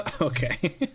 Okay